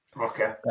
Okay